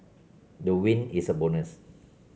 the win is a bonus